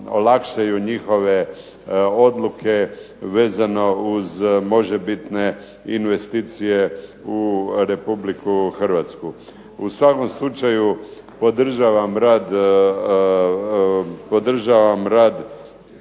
njihove odluke vezano uz možebitne investicije u Republiku Hrvatsku. U svakom slučaju podržavam rad